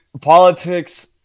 politics